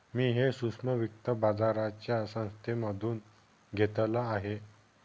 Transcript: मी हे सूक्ष्म वित्त बाजाराच्या संस्थेमधून घेतलं आहे